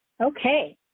Okay